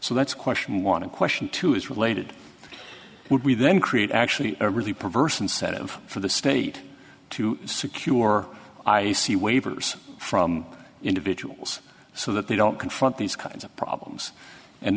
so that's question want to question to is related would we then create actually a really perverse incentive for the state to secure i c waivers from individuals so that they don't confront these kinds of problems and